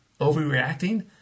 overreacting